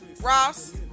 Ross